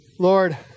Lord